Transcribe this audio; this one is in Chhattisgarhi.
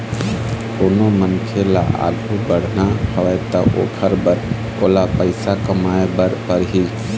कोनो मनखे ल आघु बढ़ना हवय त ओखर बर ओला पइसा कमाए बर परही